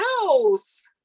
house